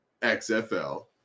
XFL